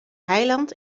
eiland